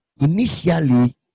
initially